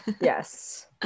Yes